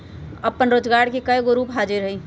अप्पन रोजगार के कयगो रूप हाजिर हइ